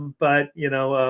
but you know,